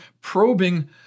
probing